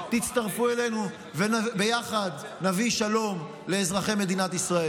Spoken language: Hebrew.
תצטרפו אלינו ויחד נביא שלום לאזרחי מדינת ישראל.